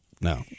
No